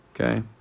Okay